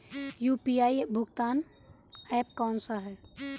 UPI भुगतान app कौन सा है?